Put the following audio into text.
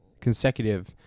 consecutive